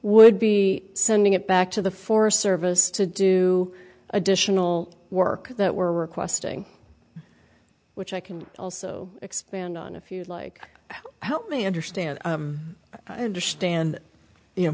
would be sending it back to the forest service to do additional work that we're requesting which i can also expand on if you like help me understand i understand you know